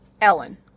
Ellen